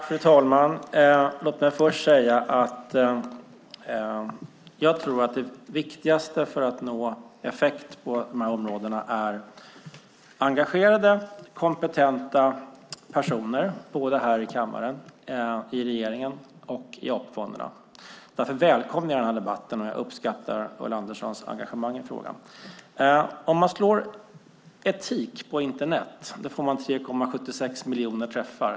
Fru talman! Låt mig först säga att jag tror att det viktigaste för att nå effekt på de här områdena är engagerade, kompetenta personer både här i kammaren, i regeringen och i AP-fonderna. Därför välkomnar jag den här debatten och uppskattar Ulla Anderssons engagemang i frågan. Om man söker efter "etik" på Internet får man 3,76 miljoner träffar.